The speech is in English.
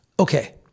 okay